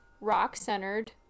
rock-centered